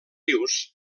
rius